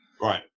right